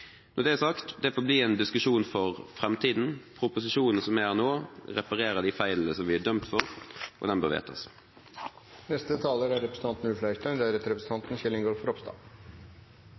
Når det er sagt: Det får bli en diskusjon for fremtiden. Proposisjonen som er her nå, reparerer de feilene som vi er dømt for, og den bør vedtas. Som saksordføreren og foregående taler har vært inne på, er